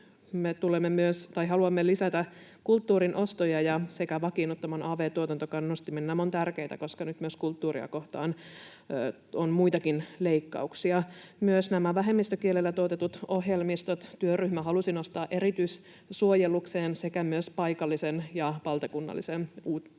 haluamme myös lisätä kulttuurin ostoja sekä vakiinnuttaa av-tuotantokannustimen. Nämä ovat tärkeitä, koska nyt myös kulttuuria kohtaan on muitakin leikkauksia. Myös vähemmistökielellä tuotetut ohjelmistot sekä myös paikallisen ja valtakunnallisen uutistuotannon